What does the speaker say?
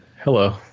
Hello